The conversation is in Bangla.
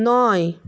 নয়